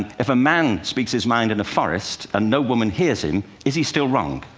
if a man speaks his mind in a forest, and no woman hears him, is he still wrong?